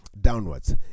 downwards